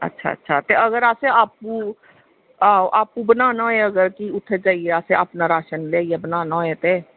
अच्छा अच्छा ते अगर असें आपूं अगर आपूं बनाना होऐ उत्थें जाइयै अपना कन्नै होइयै बनाना होऐ ते